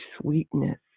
sweetness